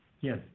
Yes